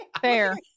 Fair